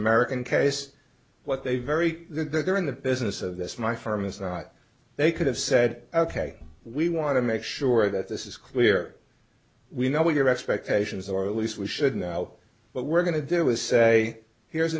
american case what they very they're in the business of this my firm is not they could have said ok we want to make sure that this is clear we know what your expectations are at least we should know but we're going to do was say here's